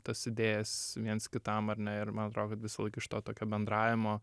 tas idėjas viens kitam ar ne ir man atrodo kad visąlaik iš to tokio bendravimo